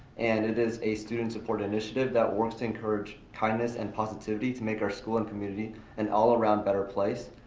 and it is a student support initiative that works to encourage kindness and positivity to make our school and community an all around better place.